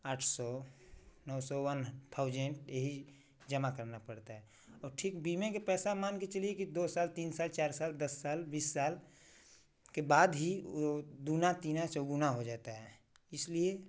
आठ सौ नौ सौ वन थाउजेंड यहीं जमा करना पड़ता है और ठीक बीमे के पैसा मान के चलिए कि दो साल तीन साल चार साल दस साल बीस साल के बाद ही वो दूना तीगुना चौगुना हो जाता है इसलिए